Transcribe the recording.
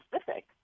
specific